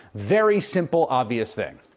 very simple obvious thing.